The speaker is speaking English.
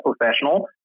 professional